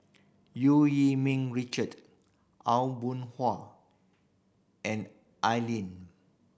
Eu Yee Ming Richard Aw Boon Haw and Al Lim